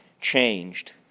changed